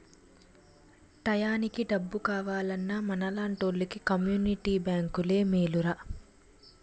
టయానికి డబ్బు కావాలన్నా మనలాంటోలికి కమ్మునిటీ బేంకులే మేలురా